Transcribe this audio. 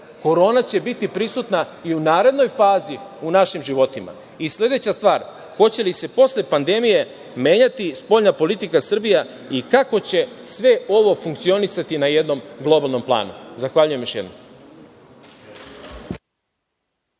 korona će biti prisutna i u narednoj fazi u našim životima. Sledeća stvar, hoće li se posle pandemije menjati spoljna politika Srbije i kako će sve ovo funkcionisati na jednom globalnom planu? Zahvaljujem još jednom.